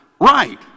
right